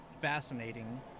fascinating